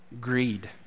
greed